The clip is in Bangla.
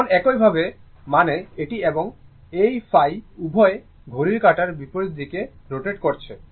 এখন একই ভাবে মানে এটি এবং এই φ উভয়ই ঘড়ির কাঁটার বিপরীত দিকে রোটেট করছে